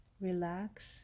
Relax